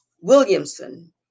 Williamson